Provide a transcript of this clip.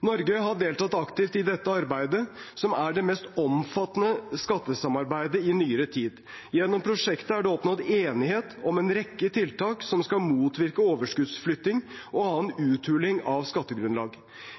Norge har deltatt aktivt i dette arbeidet, som er det mest omfattende skattesamarbeidet i nyere tid. Gjennom prosjektet er det oppnådd enighet om en rekke tiltak som skal motvirke overskuddsflytting og annen uthuling av skattegrunnlag.